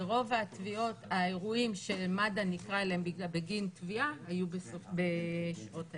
ורוב האירועים שמד"א נקרא אליהם בגין טביעה היו בשעות היום.